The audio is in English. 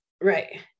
Right